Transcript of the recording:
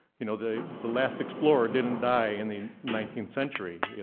you know the the last explorer didn't die in the nineteenth century,